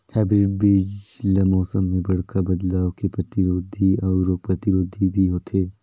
hybrid बीज ल मौसम में बड़खा बदलाव के प्रतिरोधी अऊ रोग प्रतिरोधी भी होथे